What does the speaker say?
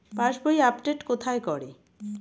পাসবই update কোথায় করে?